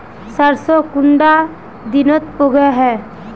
सरसों कुंडा दिनोत उगैहे?